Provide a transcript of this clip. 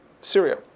Syria